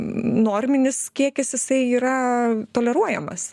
norminis kiekis jisai yra toleruojamas